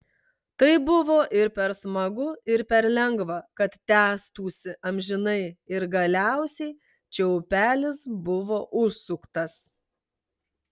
tai buvo ir per smagu ir per lengva kad tęstųsi amžinai ir galiausiai čiaupelis buvo užsuktas